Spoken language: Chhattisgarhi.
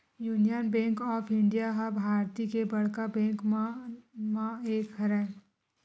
युनियन बेंक ऑफ इंडिया ह भारतीय के बड़का बेंक मन म एक हरय